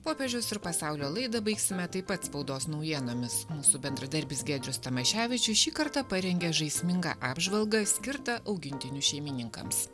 popiežius ir pasaulio laidą baigsime taip pat spaudos naujienomis su bendradarbiais giedrius tamaševičius šį kartą parengė žaismingą apžvalgą skirta augintinių šeimininkams